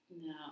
No